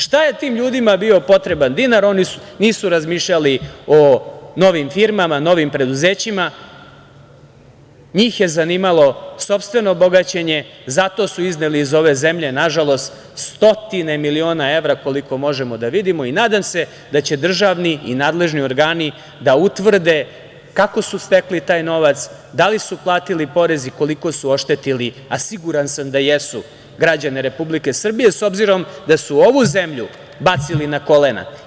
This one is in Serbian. Šta je tim ljudima bio potreban dinar, oni nisu razmišljali o novim firmama, novim preduzećima, njih je zanimalo sopstveno bogaćenje, zato su izneli iz ove zemlje, nažalost stotine miliona evra koliko možemo da vidimo i nadam se da će državni i nadležni organi da utvrde kako su stekli taj novac, da li su platili porez i koliko su oštetili, a siguran sam da jesu, građane Republike Srbije, s obzirom da su ovu zemlju bacili na kolena.